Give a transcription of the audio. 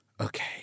Okay